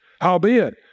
Howbeit